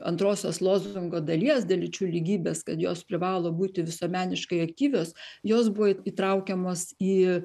antrosios lozungo dalies dėl lyčių lygybės kad jos privalo būti visuomeniškai aktyvios jos buvo įtraukiamos į